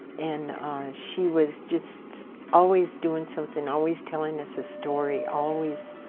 and she was just always doing something, always telling us a story, always